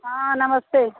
हाँ नमस्ते